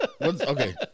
okay